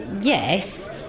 yes